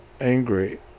angry